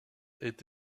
est